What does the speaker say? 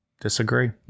disagree